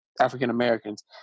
African-Americans